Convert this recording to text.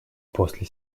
после